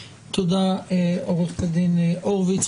תודה, עוה"ד הורוביץ.